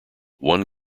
one